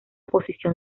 posición